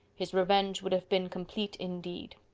his revenge would have been complete indeed.